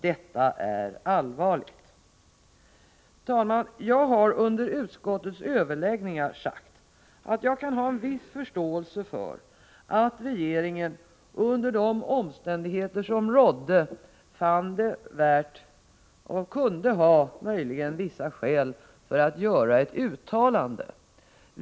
Detta är allvarligt”. Fru talman, jag har under utskottets överläggningar sagt att jag kan ha förståelse för att regeringen under de omständigheter som rådde fann det värt — och det kunde finnas vissa skäl — att göra ett uttalande.